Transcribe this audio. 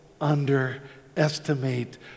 underestimate